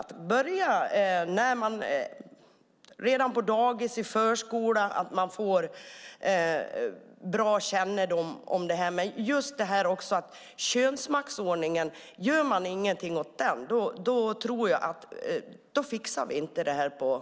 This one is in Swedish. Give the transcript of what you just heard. Man skulle kunna börja redan på dagis och i förskolan för att de ska få en bra kännedom om detta. Men gör man ingenting åt könsmaktsordningen tror jag inte att vi fixar detta på lång sikt.